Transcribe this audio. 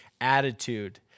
attitude